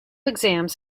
exams